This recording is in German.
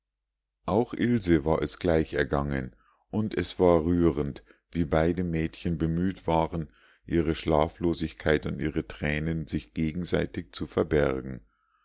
auch ilse war es gleich ergangen und es war rührend wie beide mädchen bemüht waren ihre schlaflosigkeit und ihre thränen sich gegenseitig zu verbergen